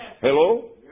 Hello